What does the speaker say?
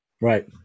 Right